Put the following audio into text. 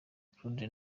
claude